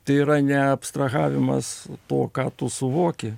tai yra ne abstrahavimas to ką tu suvoki